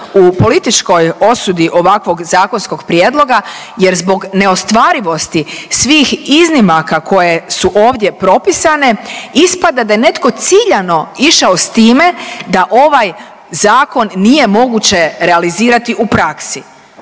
u političkoj osudi ovakvog zakonskog prijedloga jer zbog neostvarivosti svih iznimaka koje su ovdje propisane ispada da je netko ciljano išao s time da ovaj zakon nije moguće realizirati u praksi.